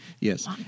Yes